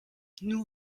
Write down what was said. nur